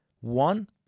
one